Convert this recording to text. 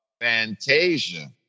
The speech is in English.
Fantasia